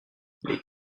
les